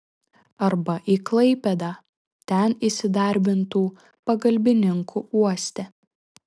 arba į klaipėdą ten įsidarbintų pagalbininku uoste